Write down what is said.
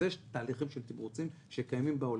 אז יש תהליכים של תמרוצים שקיימים בעולם.